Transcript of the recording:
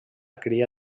cria